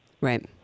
Right